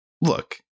Look